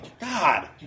God